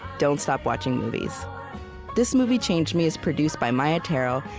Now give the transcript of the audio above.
don't stop watching movies this movie changed me is produced by maia tarrell,